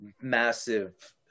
massive